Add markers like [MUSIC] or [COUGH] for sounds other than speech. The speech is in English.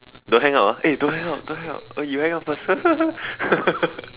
don't hang up ah eh don't hang up don't hang up uh you hang up first [LAUGHS]